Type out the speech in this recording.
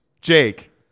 Jake